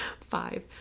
five